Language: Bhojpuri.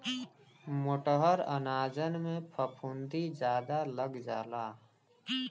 मोटहर अनाजन में फफूंदी जादा लग जाला